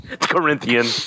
Corinthian